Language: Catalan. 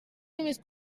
només